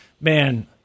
Man